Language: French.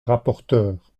rapporteure